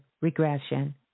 regression